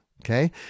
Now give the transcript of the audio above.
Okay